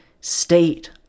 state